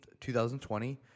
2020